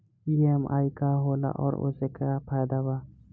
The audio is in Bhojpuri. ई.एम.आई का होला और ओसे का फायदा बा?